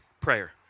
prayer